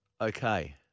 Okay